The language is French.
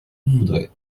voudrez